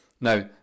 Now